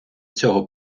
цього